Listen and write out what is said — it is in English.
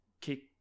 kick